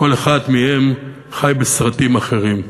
כל אחד מהם חי בסרטים אחרים.